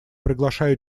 приглашаю